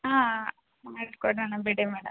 ಹಾಂ ಮಾಡ್ಕೊಡೋಣ ಬಿಡಿ ಮೇಡಮ್